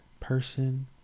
person